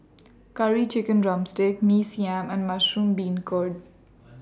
Curry Chicken Drumstick Mee Siam and Mushroom Beancurd